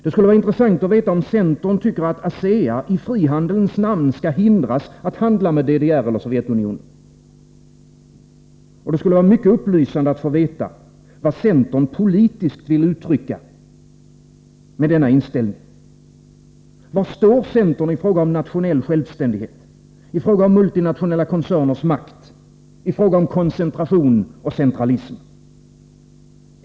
Det skulle vara intressant att veta, om centern tycker att ASEA i frihandelns namn skall hindras att handla med DDR eller Sovjetunionen. Och det skulle vara mycket upplysande att få veta, vad centern politiskt vill uttrycka med denna inställning. Var står centern i fråga om nationell självständighet, i fråga om multinationella koncerners makt, i fråga om koncentration och centralism?